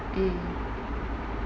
mm